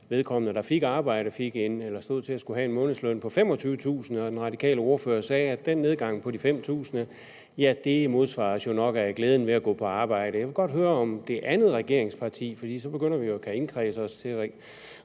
vedkommende, der fik arbejde, skulle have en månedsløn på 25.000 kr., og den radikale ordfører sagde, at den nedgang på 5.000 kr. jo nok modsvares af glæden ved at gå på arbejde. Jeg vil godt høre det andet regeringspartis opfattelse, for så begynder vi jo at kunne indkredse regeringens